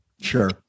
Sure